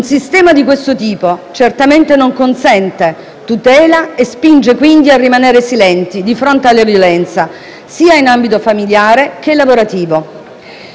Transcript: Un sistema di questo tipo certamente non consente tutela e spinge quindi a rimanere silenti di fronte alla violenza sia in ambito familiare che lavorativo.